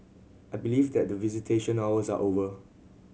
I believe that the visitation hours are over